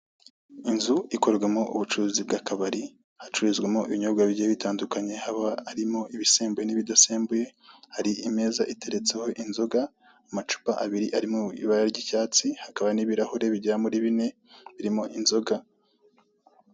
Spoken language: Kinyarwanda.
Inzu ikorerwamo ubucuruzi bw'akabari hacuririzwamo ibinyobwa bigiye bitandukanye, haba harimo ibisembuye n'ibidasembuye, harimo imeza iteretseho inzoga amacupa abiri arimo ibara ry'icyatsi hakaba n'ibirahure bigera muri bine birimo inzoga